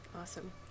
Awesome